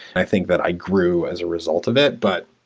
i think that i grew as a result of it. but,